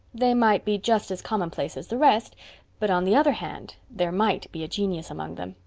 they might be just as commonplace as the rest but on the other hand there might be a genius among them.